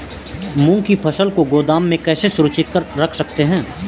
मूंग की फसल को गोदाम में कैसे सुरक्षित रख सकते हैं?